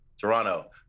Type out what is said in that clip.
toronto